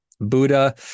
Buddha